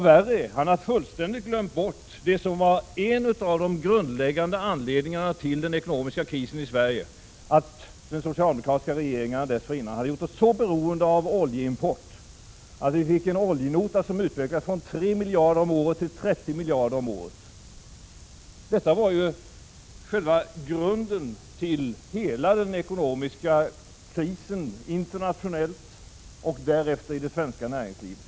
Värre är det att han fullständigt har glömt bort det som var en av de grundläggande anledningarna till den ekonomiska krisen i Sverige — att de socialdemokratiska regeringarna dessförinnan hade gjort oss så beroende av oljeimport att vi fick en oljenota som ökade från 3 miljarder om året till 30 miljarder om året. Detta var ju själva grunden till hela den ekonomiska krisen internationellt och därefter i det svenska näringslivet.